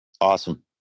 Awesome